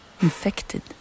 Infected